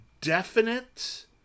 definite